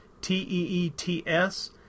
T-E-E-T-S